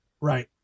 Right